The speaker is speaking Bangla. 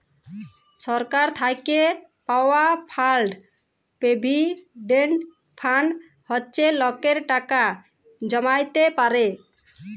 সরকার থ্যাইকে পাউয়া ফাল্ড পভিডেল্ট ফাল্ড হছে লকেরা টাকা জ্যমাইতে পারে